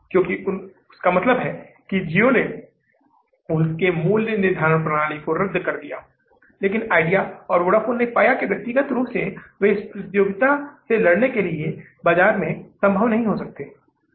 क्योंकि उनका मतलब है कि जिओ ने उनके मूल्य निर्धारण प्रणाली को रद्द कर दिया लेकिन आइडिया और वोडाफोन ने पाया कि व्यक्तिगत रूप से इस प्रतियोगिता से लड़ने से बाजार संभव नहीं हो सकता है